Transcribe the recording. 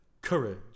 Courage